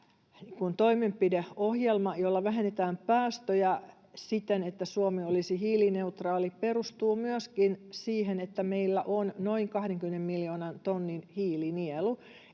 toimenpideohjelma, jolla vähennetään päästöjä siten, että Suomi olisi hiilineutraali, perustuu myöskin siihen, että meillä on noin 20 miljoonan tonnin hiilinielu